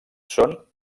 són